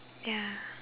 ya